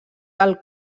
del